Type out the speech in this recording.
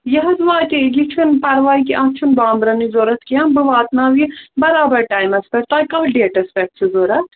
یہِ حظ واتے یہِ چھُنہٕ پَرواے کہِ اَتھ چھُنہٕ بامبرَنٕچ ضروٗرت کیٚنٛہہ بہٕ واتناو یہِ برابر ٹایمَس پٮ۪ٹھ تۄہہِ کتھ ڈیٹَس پٮ۪ٹھ چھُ ضروٗرت